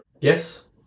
Yes